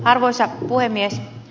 arvoisa puhemies